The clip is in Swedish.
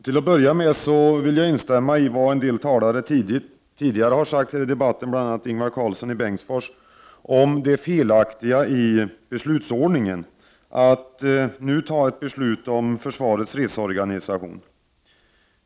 Till att börja med vill jag instämma i vad flera talare tidigare har sagt i denna debatt, bl.a. Ingvar Karlsson i Bengtsfors, om det felaktiga i beslutsordningen, att nu ta ett beslut om försvarets fredsorganisation.